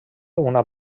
una